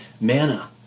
manna